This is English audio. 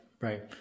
Right